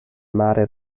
mare